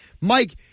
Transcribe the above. Mike